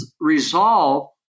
resolve